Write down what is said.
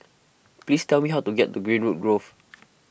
please tell me how to get to Greenwood Grove